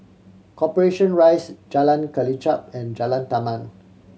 Corporation Rise Jalan Kelichap and Jalan Taman